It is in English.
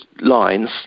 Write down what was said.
lines